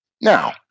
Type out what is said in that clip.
Now